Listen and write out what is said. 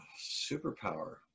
superpower